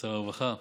ושר הרווחה,